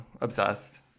obsessed